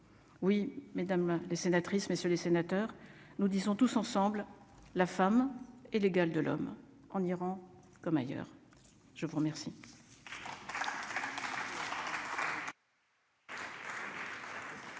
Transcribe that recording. oui mesdames les sénatrices, messieurs les sénateurs, nous disons tous ensemble, la femme est l'égale de l'homme en Iran comme ailleurs, je vous remercie.